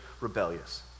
rebellious